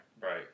Right